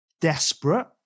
desperate